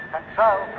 control